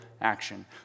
action